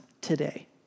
today